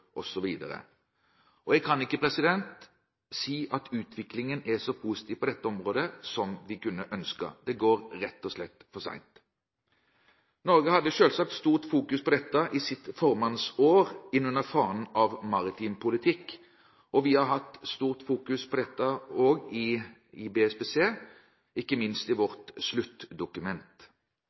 Jeg kan ikke si at utviklingen er så positiv på dette området som vi kunne ønske. Det går rett og slett for sent. Norge hadde selvsagt stort fokus på dette i sitt formannsår innunder fanen maritim politikk. Vi har også hatt stort fokus på dette i BSPC, ikke minst i vårt sluttdokument.